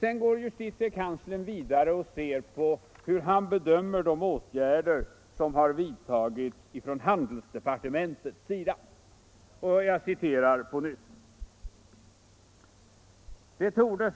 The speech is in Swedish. Sedan går justitiekanslern vidare och redogör för hur han bedömer de åtgärder som har vidtagits från handelsdepartementets sida. Jag citerar på nytt: ”Det torde